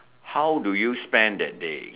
how do you spend that day